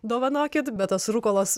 dovanokit bet tas rukolos